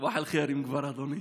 סבאח אל-ח'יר, אם כבר, אדוני.